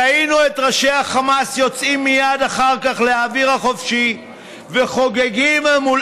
ראינו את ראשי החמאס יוצאים מייד אחר כך לאוויר החופשי וחוגגים מול